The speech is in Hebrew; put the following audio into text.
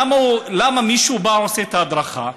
למה מישהו בא ועושה את ההדרכה?